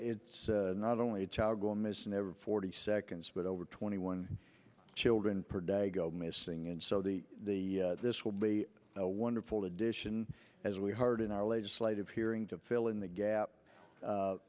it's not only child gone missing every forty seconds but over twenty one children per day go missing and so the the this will be a wonderful addition as we heard in our legislative hearing to fill in the gap